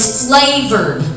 flavored